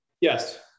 Yes